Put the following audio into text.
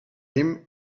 him